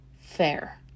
fair